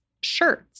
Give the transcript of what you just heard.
shirts